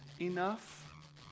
enough